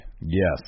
Yes